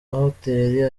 mahoteli